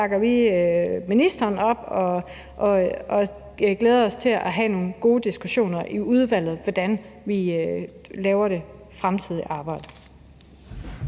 bakker vi ministeren op og glæder os til at have nogle gode diskussioner i udvalget om, hvordan vi laver det fremtidige arbejde.